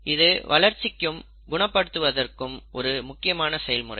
இது வளர்ச்சிக்கும் குணப்படுத்துவதற்கும் ஒரு முக்கியமான செயல் முறை